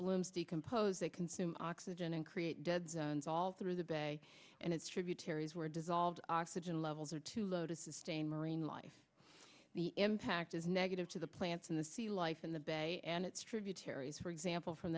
blooms decompose they consume oxygen and create dead zones all through the bay and its tributaries were dissolved oxygen levels are too low to sustain marine life the impact is negative to the plants in the sea life in the bay and its tributaries for example from